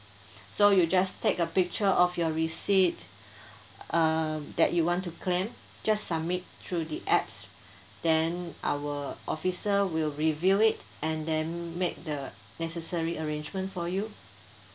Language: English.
so you just take a picture of your receipt um that you want to claim just submit through the apps then our officer will review it and then make the necessary arrangement for you